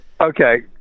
Okay